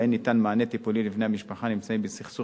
שבהן ניתן מענה טיפולי לבני משפחה הנמצאים בסכסוך